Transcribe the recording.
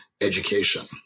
education